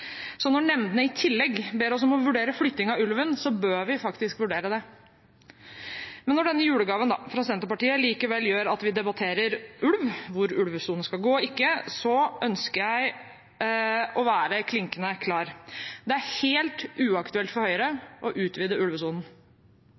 Så når nemndene i tillegg ber oss om å vurdere flytting av ulven, bør vi faktisk vurdere det. Men når denne julegaven fra Senterpartiet gjør at vi likevel debatterer ulv, hvor ulvesonen skal gå og ikke, ønsker jeg å være klinkende klar: Det er helt uaktuelt for Høyre